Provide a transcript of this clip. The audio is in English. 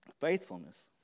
faithfulness